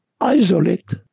isolate